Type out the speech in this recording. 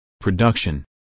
production